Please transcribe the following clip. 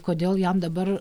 kodėl jam dabar